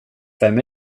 vem